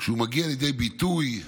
שכשהוא מגיע לידי ביטוי מעשי,